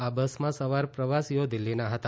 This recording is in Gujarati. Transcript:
આ બસમાં સવાર પ્રવાસીઓ દિલ્ફીના હતા